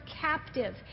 captive